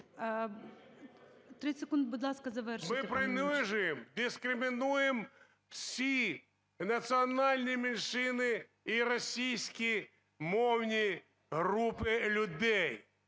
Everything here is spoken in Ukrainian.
Ми принижуємо, дискримінуємо всі національні меншини і російськомовні групи людей.